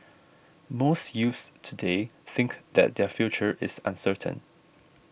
most youths today think that their future is uncertain